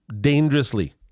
dangerously